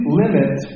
limit